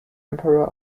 emperor